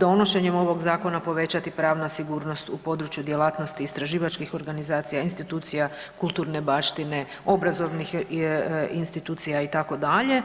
donošenjem ovog zakona povećati pravna sigurnost u području djelatnosti istraživačkih organizacija, institucija kulturne baštine, obrazovnih institucija itd.